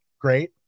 great